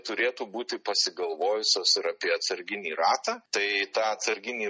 turėtų būti pasigalvojusios ir apie atsarginį ratą tai tą atsarginį